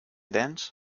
dance